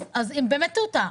אז במטותא,